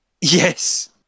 Yes